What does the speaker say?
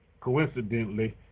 coincidentally